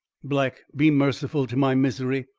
black, be merciful to my misery.